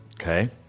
Okay